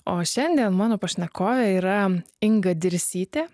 o šiandien mano pašnekovė yra inga dirsytė